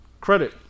credit